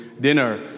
dinner